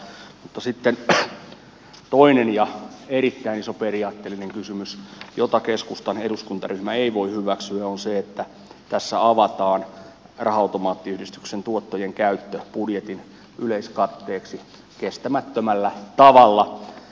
mutta sitten toinen ja erittäin iso periaatteellinen kysymys jota keskustan eduskuntaryhmä ei voi hyväksyä on se että tässä avataan raha automaattiyhdistyksen tuottojen käyttö budjetin yleiskatteeksi kestämättömällä tavalla